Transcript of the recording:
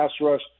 rush